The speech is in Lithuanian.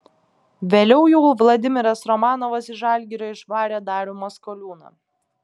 vėliau jau vladimiras romanovas iš žalgirio išvarė darių maskoliūną